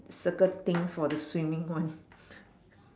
circle thing for the swimming one